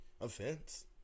offense